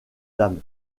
dames